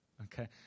Okay